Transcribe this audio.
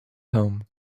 home